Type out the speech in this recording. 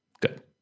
Good